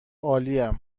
عالیم